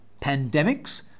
pandemics